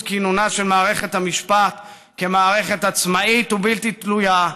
כינונה של מערכת משפט כמערכת עצמאית ובלתי תלויה,